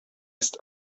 ist